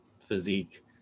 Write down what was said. physique